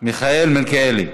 מיכאל מלכיאלי.